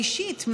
האישית,